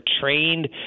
trained